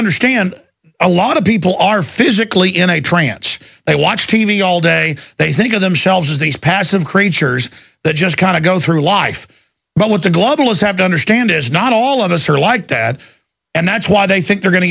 understand a lot of people are physically in a trance they watch t v all day they think of themselves as these passive creatures that just kind of go through life but what the globalist have to understand is not all of us are like that and that's why they think they're go